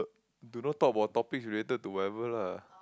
do not talk about topics related to whatever lah